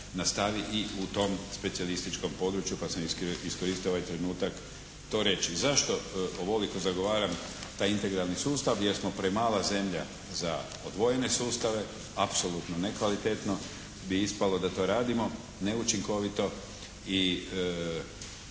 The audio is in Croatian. nastavi i u tom specijalističkom području, pa sam iskoristio ovaj trenutak to reći. Zašto ovoliko zagovaram taj integralni sustav, jer smo premala zemlja za odvojene sustave. Apsolutno nekvalitetno bi ispalo da to radimo neučinkovito i